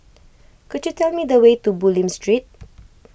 could you tell me the way to Bulim Street